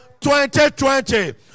2020